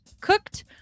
cooked